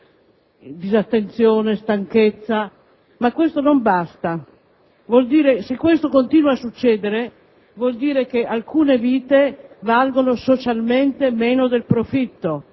disattenzione, stanchezza, ma questo non basta. Se ciò continua a succedere, vuol dire che alcune vite valgono socialmente meno del profitto;